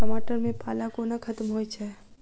टमाटर मे पाला कोना खत्म होइ छै?